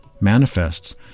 manifests